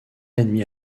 admis